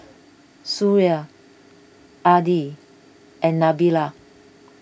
Suria Adi and Nabila